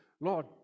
Lord